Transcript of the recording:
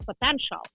potential